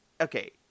Okay